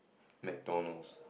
McDonald's